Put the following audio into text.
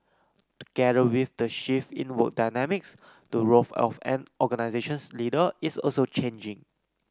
together with the shift in work dynamics the role of an organization's leader is also changing